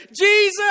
Jesus